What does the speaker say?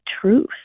truth